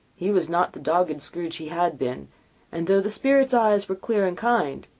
he was not the dogged scrooge he had been and though the spirit's eyes were clear and kind,